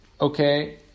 okay